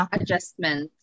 adjustment